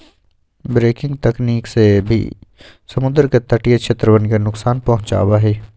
breaking तकनीक से भी समुद्र के तटीय क्षेत्रवन के नुकसान पहुंचावा हई